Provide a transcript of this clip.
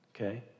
Okay